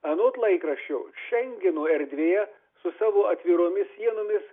anot laikraščio šengeno erdvėje su savo atviromis sienomis